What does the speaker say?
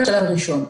זה השלב הראשון.